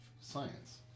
science